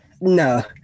No